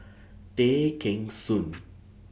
Tay Kheng Soon